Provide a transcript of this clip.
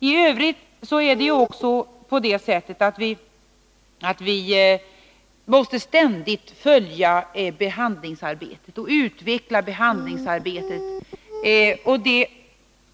I övrigt måste vi ständigt följa behandlingsarbetet och utveckla det.